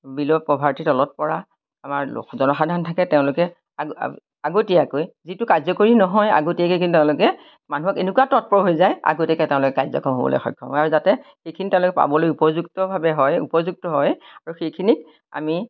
বিল' পভাৰ্টিৰ তলত পৰা আমাৰ জনসাধাৰণ থাকে তেওঁলোকে আগতীয়াকৈ যিটো কাৰ্যকৰী নহয় আগতীয়াকে কিন্তু তেওঁলোকে মানুহক এনেকুৱা তৎপৰ হৈ যায় আগতীয়াকে তেওঁলোকে কাৰ্যক্ৰম কৰিবলৈ সক্ষম হয় আৰু যাতে সেইখিনি তেওঁলোকে পাবলৈ উপযুক্তভাৱে হয় উপযুক্ত হয় আৰু সেইখিনিক আমি